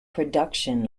production